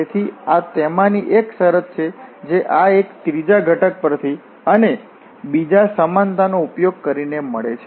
તેથી આ તેમાની એક શરત છે જે આ એક ત્રીજા ઘટક પરથી અને બીજા સમાનતાનો ઉપયોગ કરીને મળે છે